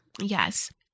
Yes